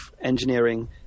engineering